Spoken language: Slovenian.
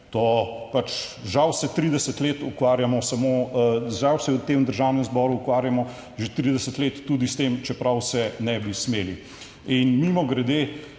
samo žal se v tem Državnem zboru ukvarjamo že 30 let tudi s tem, čeprav se ne bi smeli. In mimogrede,